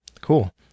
Cool